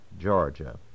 Georgia